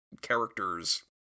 characters